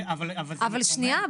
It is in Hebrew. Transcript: אבל זה --- אבל שנייה,